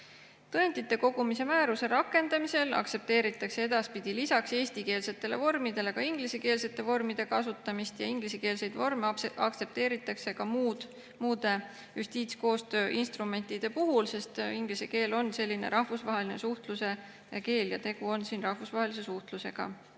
Tõendite kogumise määruse rakendamisel aktsepteeritakse edaspidi lisaks eestikeelsetele vormidele ka ingliskeelsete vormide kasutamist. Ingliskeelseid vorme aktsepteeritakse ka muude justiitskoostöö instrumentide puhul, sest inglise keel on rahvusvaheline suhtluse keel ja siin on tegu rahvusvahelise suhtlusega.